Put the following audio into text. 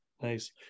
nice